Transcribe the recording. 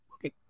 okay